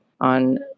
on